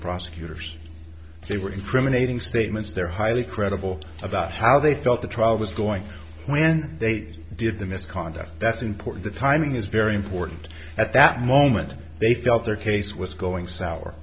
prosecutors they were incriminating statements they're highly credible about how they felt the trial was going when they did the misconduct that's important the timing is very important at that moment they felt their case was going sour